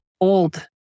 old